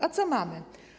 A co mamy?